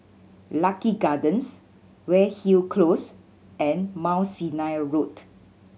Lucky Gardens Weyhill Close and Mount Sinai Road